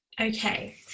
Okay